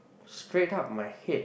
straight up my head